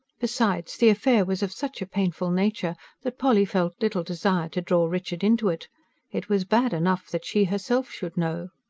besides, the affair was of such a painful nature that polly felt little desire to draw richard into it it was bad enough that she herself should know.